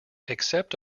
accept